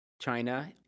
China